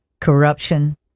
Corruption